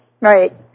Right